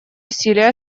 усилий